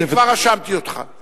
אני כבר רשמתי אותך.